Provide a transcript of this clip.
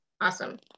awesome